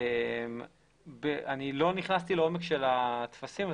לא נכנסתי לעומק הטפסים.